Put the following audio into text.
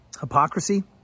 Hypocrisy